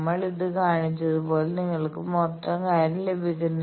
നമ്മൾ ഇത് കാണിച്ചതുപോലെ നിങ്ങൾക്ക് മൊത്തം കാര്യം ലഭിക്കും